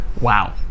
Wow